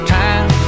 time